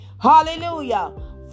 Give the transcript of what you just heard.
Hallelujah